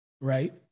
right